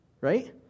right